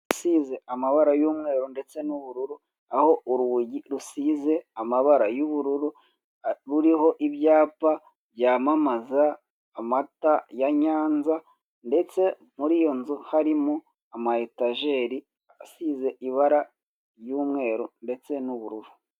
Inzu isize amabara y'umweru ndetse n'ubururu aho urugi rusize amabara y'ubururu ruriho ibyapa byamamaza amata ya Nyanza ndetse muri iyo nzu harimo ama etejeri asize ibara ry'umweru ndetse n'ubururu.